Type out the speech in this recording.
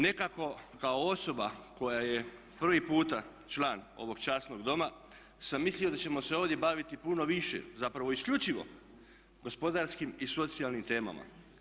Nekako kao osoba koja je prvi puta član ovog časnog Doma sam mislio da ćemo se ovdje baviti puno više, zapravo isključivo gospodarskim i socijalnim temama.